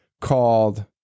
called